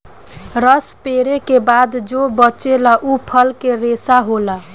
रस पेरे के बाद जो बचेला उ फल के रेशा होला